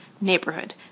neighborhood